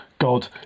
God